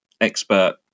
expert